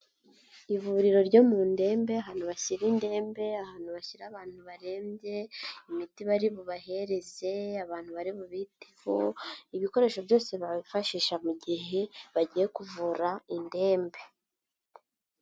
Ivuriro ryo mu ndembe ahantu bashyira indembe, ahantu bashyira abantu barembye, imiti bari bubahereze, abantu bari bibiteho, ibikoresho byose bifashisha mu gihe bagiye kuvura indembe.